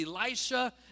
Elisha